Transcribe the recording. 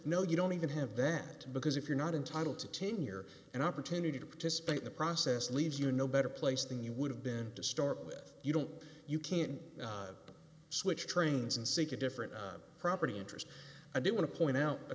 no you don't even have that because if you're not entitled to tenure an opportunity to participate in the process leaves you no better place than you would have been to start with you don't you can't switch trains and seek a different property interest i do want to point out a